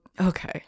okay